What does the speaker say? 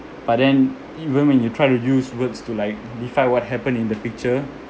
but then even when you try to use words to like defy what happened in the picture